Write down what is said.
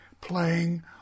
playing